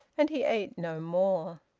and he ate no more.